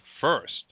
first